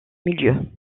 milieu